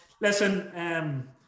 listen